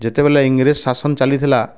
ଯେତେବେଳେ ଇଂରେଜ ଶାସନ ଚାଲିଥିଲା